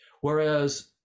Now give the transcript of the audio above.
Whereas